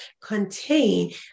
contain